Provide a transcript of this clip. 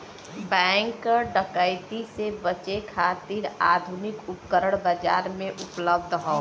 bank डकैती से बचे खातिर आधुनिक उपकरण बाजार में उपलब्ध हौ